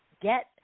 get